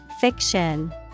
Fiction